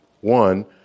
One